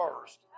first